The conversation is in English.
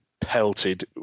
pelted